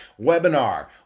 webinar